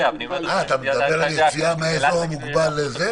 אתה מדבר על יציאה מהאזור המוגבל להפגנה?